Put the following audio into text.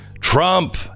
Trump